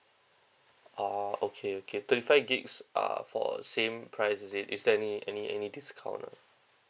ah okay okay thirty five gigs uh for same price is it is there any any any discount or not